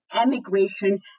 emigration